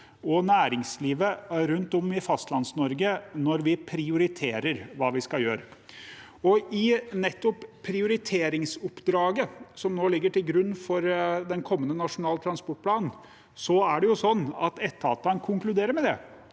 og næringslivet rundt om i Fastlands-Norge når vi prioriterer hva vi skal gjøre. I nettopp prioriteringsoppdraget som nå lig ger til grunn for den kommende nasjonale transportplanen, konkluderer etatene med at